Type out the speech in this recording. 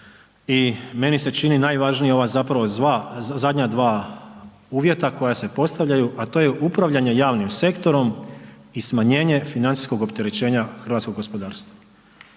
I meni se čini najvažnije ova zapravo zdanja dva uvjeta koja se postavljaju a to je upravljanje javnim sektorom i smanjenje financijskog opterećenja hrvatskog gospodarstva.